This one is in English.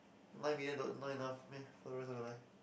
my weird not not enough meh for the rest of the life